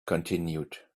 continued